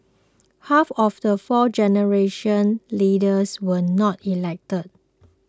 half of the fourth generation leaders were not elected